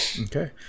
okay